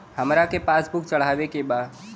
हमरा के passbook चढ़ावे के बा?